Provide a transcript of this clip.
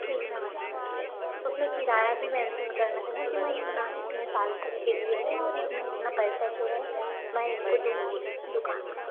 ठीक है मैडम उसमें किराया भी मेंशन करना है ना कि मैं इतना इतने साल तक के लिए है और इसमें इतना पैसा जो है मैं इनको दूंगी दुकान का